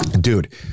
Dude